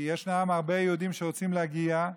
כי יש הרבה יהודים שרוצים להגיע.